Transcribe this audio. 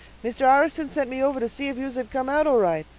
mr. harrison sent me over to see if yous had come out all right.